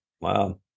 Wow